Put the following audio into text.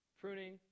pruning